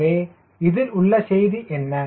எனவே இதில் உள்ள செய்தி என்ன